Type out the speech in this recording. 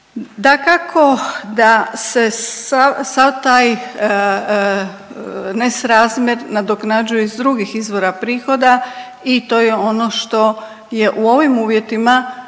Dakako da se sav taj nesrazmjer nadoknađuje iz drugih izvora prihoda i to je ono što je u ovim uvjetima itekako